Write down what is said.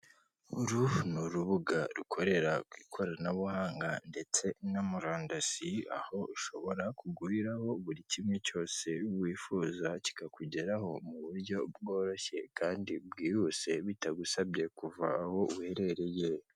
Uru ni urubuga rukorera ku ikoranabuhanga ndetse na murandasi aho ushobora kuguriraho buri kimwe cyose wifuza kikakugeraho muburyo bworoshye kandi bwihuse bitagusabye kuva aho uherereye.